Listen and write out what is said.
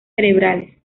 cerebrales